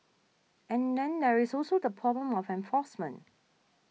and then there is also the problem of enforcement